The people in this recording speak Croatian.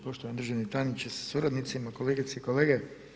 Poštovani državni tajniče sa suradnicima, kolegice i kolege.